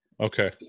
Okay